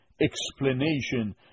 explanation